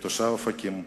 כתושב אופקים,